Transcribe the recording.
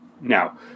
now